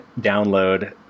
download